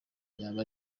yaba